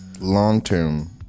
long-term